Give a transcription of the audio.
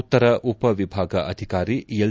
ಉತ್ತರ ಉಪವಿಭಾಗ ಅಧಿಕಾರಿ ಎಲ್